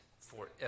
forever